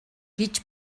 гэж